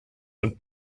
und